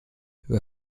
über